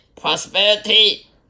prosperity